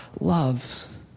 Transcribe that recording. loves